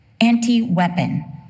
anti-weapon